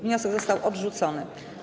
Wniosek został odrzucony.